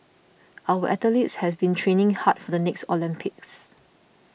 our athletes have been training hard for the next Olympics